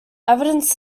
evidence